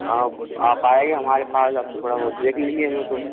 आप आए हमारे पास अब थोड़ा बहुत देख लेंगे वो तो